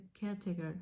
caretaker